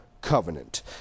covenant